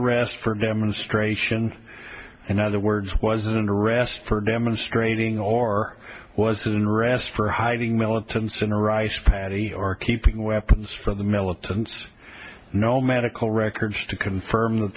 arrest for a demonstration in other words wasn't arrest for demonstrating or was soon rest for hiding militants in a rice paddy or keeping weapons from the militants no medical records to confirm that